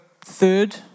third